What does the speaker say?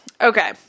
okay